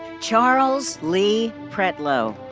charles lee pretlow.